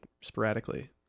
sporadically